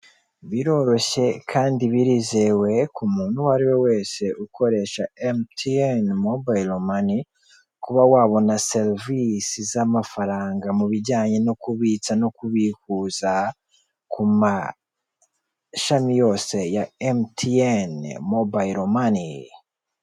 Biroroshye kandi birizewe ku muntu uwo ari we wese ukoresha emutiyene mobayilomani kuba wabona serivisi z'amafaranga mu bijyanye no kubitsa no kubihuza ku mashami yose ya emutiyene mobayilo mani.